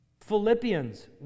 Philippians